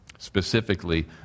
Specifically